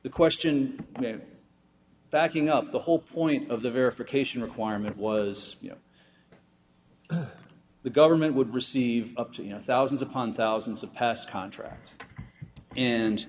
the question backing up the whole point of the verification requirement was you know the government would receive up to you know thousands upon thousands of past contracts and